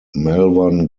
malvern